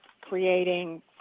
creating